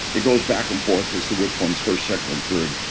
it goes back and forth as to which one's first second, and third.